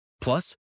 Plus